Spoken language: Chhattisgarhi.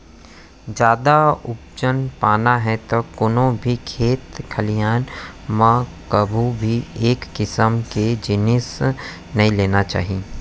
जादा उपज पाना हे त कोनो भी खेत खलिहान म कभू भी एके किसम के जिनिस नइ लेना चाही